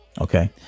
Okay